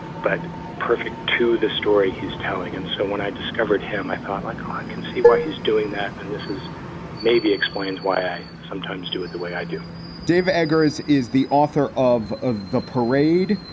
but perfect to this story he's telling and so when i discovered him, i thought, like, i can see why he's doing that. and this is maybe explains why i sometimes do it the way i do dave eggers is the author of ah the parade.